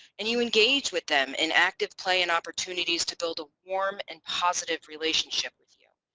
and you engage with them in active play and opportunities to build a warm and positive relationship with you.